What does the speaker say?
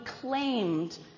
claimed